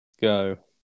Go